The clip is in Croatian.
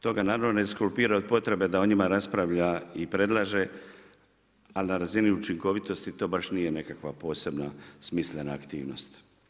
To ga naravno ne ekskulpira od potrebe da o njima raspravlja i predlaže, ali na razini učinkovitosti to baš nije nekakva posebna smislena aktivnost.